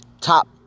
top